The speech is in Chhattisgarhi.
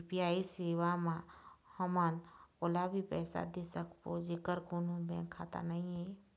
यू.पी.आई सेवा म हमन ओला भी पैसा दे सकबो जेकर कोन्हो बैंक खाता नई ऐप?